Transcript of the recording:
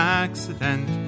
accident